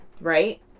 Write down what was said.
right